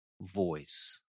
voice